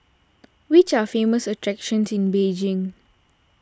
which are the famous attractions in Beijing